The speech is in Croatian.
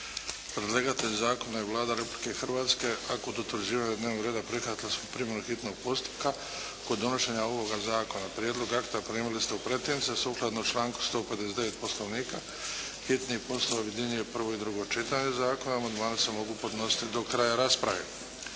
Predlagatelj zakona je Vlada Republike Hrvatske. Kod utvrđivanja dnevnog reda prihvatili smo primjenu hitnog postupka kod donošenja ovoga zakona. Prijedlog akta primili ste u pretince. Sukladno članku 159. Poslovnika hitni postupak objedinjuje prvo i drugo čitanje zakona. Amandmani se mogu podnositi do kraja rasprave.